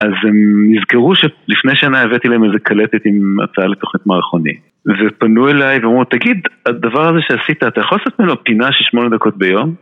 אז הם נזכרו שלפני שנה הבאתי להם איזה קלטת עם הצעה לתכנית מערכונים ופנו אליי ואמרו, תגיד, הדבר הזה שעשית, אתה יכול לעשות ממנו פינה של שמונה דקות ביום?